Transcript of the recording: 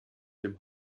dem